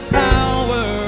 power